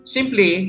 Simply